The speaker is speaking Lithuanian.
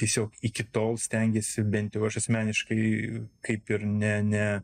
tiesiog iki tol stengėsi bent jau aš asmeniškai kaip ir ne ne